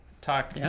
talk